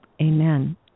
Amen